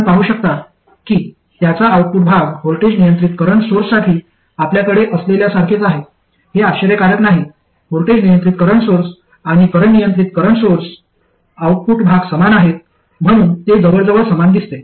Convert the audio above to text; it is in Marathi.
आपण पाहू शकता की त्याचा आउटपुट भाग व्होल्टेज नियंत्रित करंट सोर्ससाठी आपल्याकडे असलेल्यासारखेच आहे हे आश्चर्यकारक नाही व्होल्टेज नियंत्रित करंट सोर्स आणि करंट नियंत्रित करंट सोर्स आउटपुट भाग समान आहेत म्हणून ते जवळजवळ समान दिसते